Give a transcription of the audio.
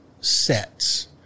sets